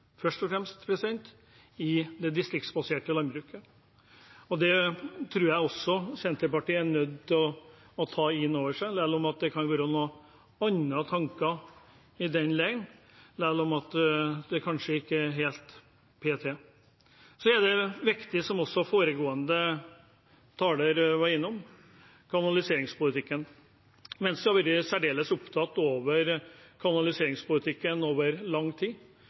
først og fremst for det distriktsbaserte landbruket. Det tror jeg også Senterpartiet er nødt til å ta inn over seg – selv om det kan være noen andre tanker i den leiren, selv om det kanskje ikke er helt p.t. Så er kanaliseringspolitikken viktig, som også foregående taler var innom. Venstre har over lang tid vært særdeles opptatt av kanaliseringspolitikken,